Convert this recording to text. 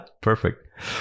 Perfect